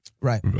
Right